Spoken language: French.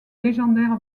légendaire